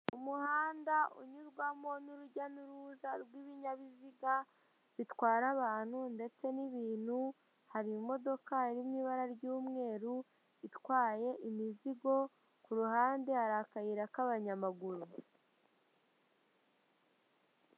Umuhanda unyurwamo n'urujya n'uruza rw'ibinyabiziga bitwara abantu ndetse n'ibintu hari imodoka iri mw' ibara ry'umweru itwaye imizigo ku ruhande hari akayira k'abanyamaguru .